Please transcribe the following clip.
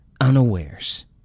unawares